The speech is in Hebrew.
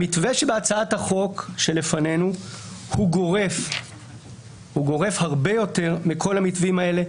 המתווה שבהצעת החוק שלפנינו הוא גורף הרבה יותר מכל המתווים אלה.